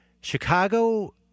Chicago